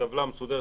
טבלה מסודרת.